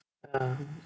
ya